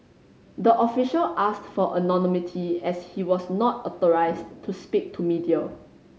the official asked for anonymity as he was not authorised to speak to media